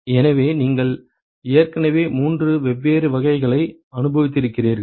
எனவே நீங்கள் ஏற்கனவே மூன்று வெவ்வேறு வகைகளை அனுபவித்திருக்கிறீர்கள்